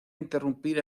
interrumpir